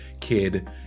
kid